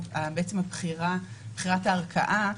בעצם בחירת הערכאה,